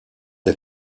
est